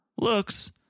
looks